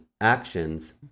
actions